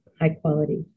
high-quality